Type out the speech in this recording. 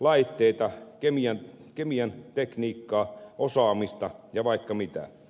laitteita kemian tekniikkaa osaamista ja vaikka mitä